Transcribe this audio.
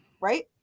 Right